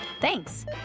Thanks